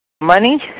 money